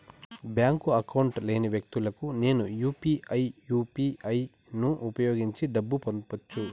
Bank account లేని వ్యక్తులకు నేను యు పి ఐ యు.పి.ఐ ను ఉపయోగించి డబ్బు పంపొచ్చా?